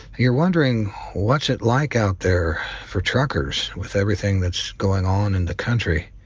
you're wondering what's it like out there for truckers with everything that's going on in the country.